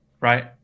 Right